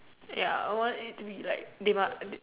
ya I want it to be like they must